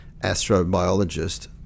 astrobiologist